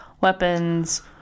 weapons